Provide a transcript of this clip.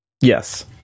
yes